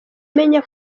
menya